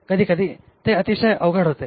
कधीकधी ते अतिशय अवघड होते